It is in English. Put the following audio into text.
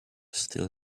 still